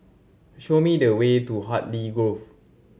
show me the way to Hartley Grove